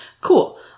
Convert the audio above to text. Cool